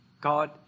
God